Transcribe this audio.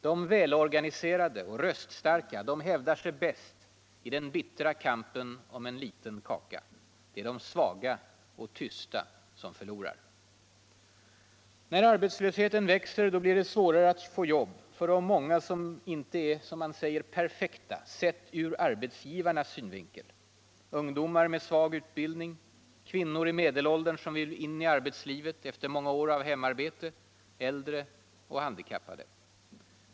De välorganiserade och röststarka hävdar sig bäst i den bittra kampen om en liten kaka. De svaga och tysta förlorar. När arbetslösheten växer blir det svårare att få jobb för de många som inte är ”perfekta” sett ur arbetsgivarnas synvinkel: ungdomar med svag utbildning, kvinnor i medelåldern som vill in i arbetslivet efter många år av hemarbete, äldre och handikappade.